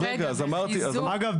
אגב,